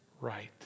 right